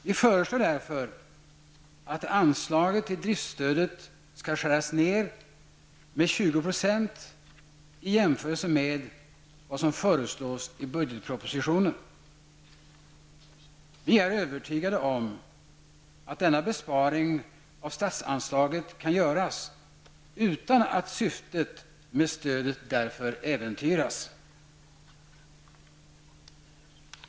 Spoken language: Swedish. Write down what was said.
Vi föreslår därför att anslaget till driftstödet skärs ned med 20 % i jämförelse med det som föreslås i budgetpropositionen. Vi är övertygade om att denna besparing av statsanslaget kan göras, utan att syftet med stödet därför äventyras.